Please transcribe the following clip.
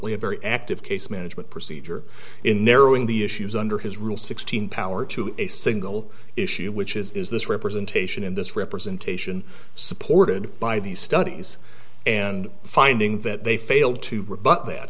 a very active case management procedure in narrowing the issues under his rule sixteen power to a single issue which is this representation in this representation supported by these studies and finding that they failed to